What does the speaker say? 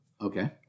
Okay